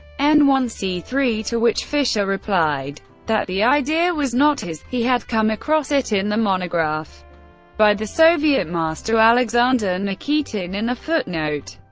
n one c three, to which fischer replied that the idea was not his he had come across it in the monograph by the soviet master alexander nikitin in a footnote.